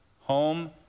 home